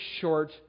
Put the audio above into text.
short